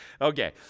Okay